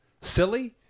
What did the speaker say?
silly